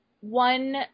one